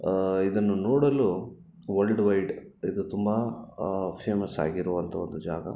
ಇದನ್ನು ನೋಡಲು world wide ಇದು ತುಂಬ ಫೇಮಸ್ ಆಗಿರುವಂಥ ಒಂದು ಜಾಗ